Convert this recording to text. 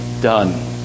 done